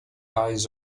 eyes